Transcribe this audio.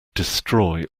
destroy